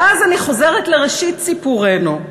ואז אני חוזרת לראשית סיפורנו,